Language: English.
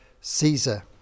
Caesar